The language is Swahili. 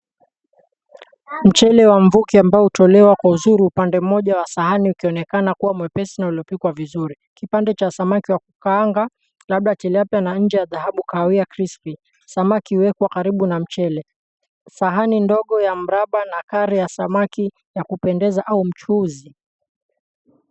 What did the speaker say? Mchele wa mvuke ambao hutolewa kwa uzuri upande mmoja wa sahani ukionekana kuwa mwepesi na uliopikwa vizuri. Kipande cha samaki wa kukaanga labda Tilapia na nje ya dhahabu kahawia krispi. Samaki huwekwa karibu na mchele. Sahani ndogo ya mraba na kari ya samaki ya kupendeza au mchuzi.